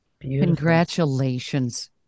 Congratulations